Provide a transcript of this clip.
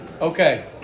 Okay